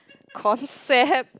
concept